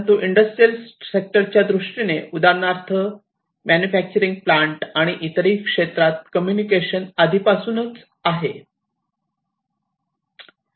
परंतु इंडस्ट्रियल सेक्टरच्या दृष्टीने उदाहरणार्थ मॅन्युफॅक्चरिंग प्लांट आणि इतरही क्षेत्रात कम्युनिकेशन आधीपासून आहे